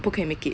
不可以 make it